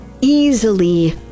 easily